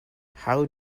how